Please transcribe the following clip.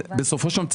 בסופו של דבר,